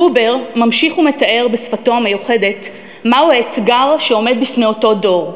בובר ממשיך ומתאר בשפתו המיוחדת מהו האתגר שעומד בפני אותו דור,